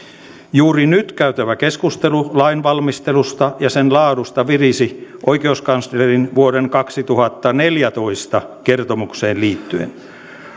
juuri nyt käytävä keskustelu lainvalmistelusta ja sen laadusta virisi oikeuskanslerin vuoden kaksituhattaneljätoista kertomukseen liittyen